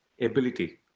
ability